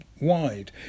wide